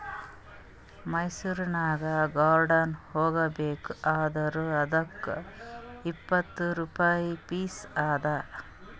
ಮೈಸೂರನಾಗ್ ಗಾರ್ಡನ್ ಹೋಗಬೇಕ್ ಅಂದುರ್ ಅದ್ದುಕ್ ಇಪ್ಪತ್ ರುಪಾಯಿ ಫೀಸ್ ಅದಾ